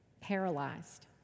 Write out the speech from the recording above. paralyzed